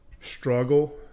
struggle